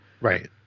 Right